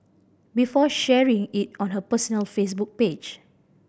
before sharing it on her personal Facebook page